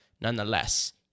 nonetheless